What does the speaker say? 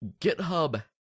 GitHub